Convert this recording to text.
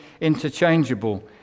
interchangeable